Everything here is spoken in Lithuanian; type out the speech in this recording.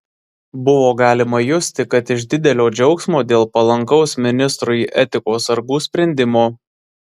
buvo galima justi kad iš didelio džiaugsmo dėl palankaus ministrui etikos sargų sprendimo